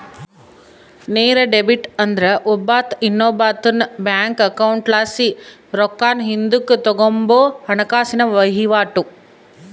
ನೇರ ಡೆಬಿಟ್ ಅಂದ್ರ ಒಬ್ಬಾತ ಇನ್ನೊಬ್ಬಾತುನ್ ಬ್ಯಾಂಕ್ ಅಕೌಂಟ್ಲಾಸಿ ರೊಕ್ಕಾನ ಹಿಂದುಕ್ ತಗಂಬೋ ಹಣಕಾಸಿನ ವಹಿವಾಟು